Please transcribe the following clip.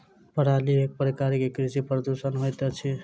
पराली एक प्रकार के कृषि प्रदूषण होइत अछि